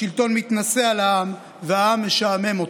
השלטון מתנשא על העם והעם משעמם אותו.